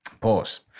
Pause